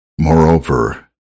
Moreover